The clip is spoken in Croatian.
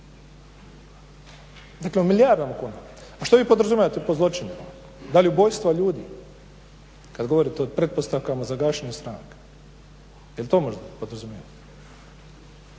Dakle u milijardama kuna. A što vi podrazumijevate pod zločine, da li ubojstva ljudi kad govorite o pretpostavkama za gašenje stranaka. Jel to možda podrazumijevate?